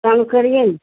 कम करिए ना